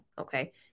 Okay